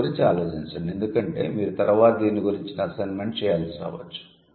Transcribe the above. దాని గురించి ఆలోచించండి ఎందుకంటే మీరు తరువాత దీని గురించిన అసైన్మెంట్ చేయాల్సి రావచ్చు